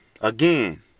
Again